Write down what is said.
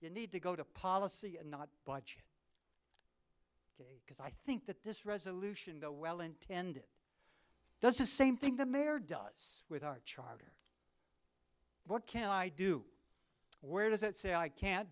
you need to go to policy and not watch it because i think that this resolution though well intended does the same thing the mayor does with our charter what can i do where does it say i can't